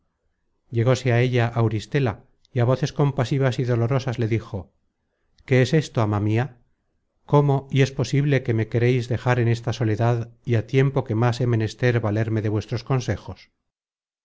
llegóse á ella auristela y á voces compasivas y dolorosas le dijo qué es esto ama mia cómo y es posible que me quereis dejar en esta soledad y á tiempo que más he menester valerme de vuestros consejos